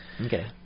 okay